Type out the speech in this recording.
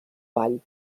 vall